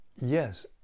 Yes